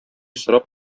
сорап